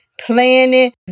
planning